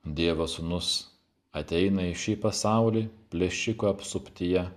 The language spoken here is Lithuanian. dievo sūnus ateina į šį pasaulį plėšikų apsuptyje